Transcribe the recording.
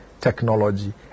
technology